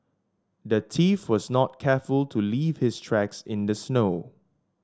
the thief was not careful to leave his tracks in the snow